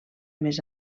més